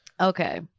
Okay